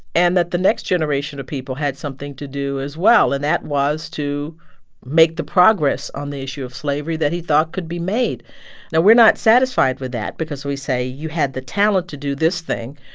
and that the next generation of people had something to do, as well, and that was to make the progress on the issue of slavery that he thought could be made now, we're not satisfied with that because we say, you had the talent to do this thing.